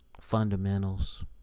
Fundamentals